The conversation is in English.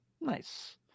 Nice